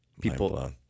People